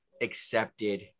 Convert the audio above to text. accepted